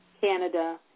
Canada